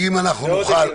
מאוד הגיוני.